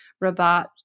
Rabat